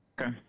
Okay